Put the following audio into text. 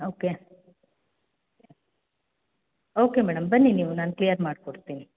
okay okay madam ಬನ್ನಿ ನೀವು ನಾನು ಕ್ಲಿಯರ್ ಮಾಡ್ಕೊಡ್ತಿನಿ